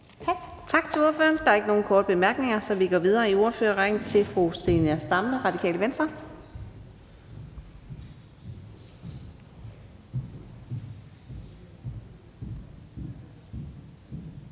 Tak til ordføreren. Der er ikke nogen korte bemærkninger, så vi går videre i ordførerrækken til fru Runa Friis Hansen,